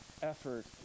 effort